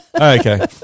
Okay